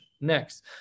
Next